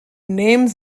names